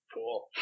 Cool